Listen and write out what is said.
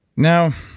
now,